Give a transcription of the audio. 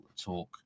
talk